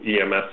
EMS